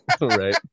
Right